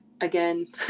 again